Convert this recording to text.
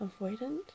avoidant